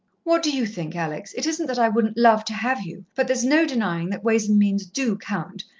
what do you think, alex? it isn't that i wouldn't love to have you but there's no denying that ways and means do count,